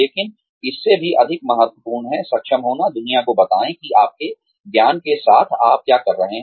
लेकिन इससे भी अधिक महत्वपूर्ण है सक्षम होना दुनिया को बताएं कि आपके ज्ञान के साथ आप क्या कर सकते हैं